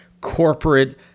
corporate